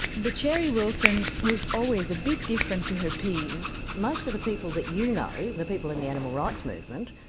but cherie wilson was always a bit different to her peers. most of the people that you know, the people in the animal rights movement,